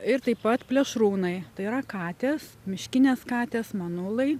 ir taip pat plėšrūnai tai yra katės miškinės katės manulai